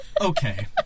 Okay